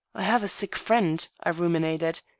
i have a sick friend, i ruminated.